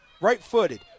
right-footed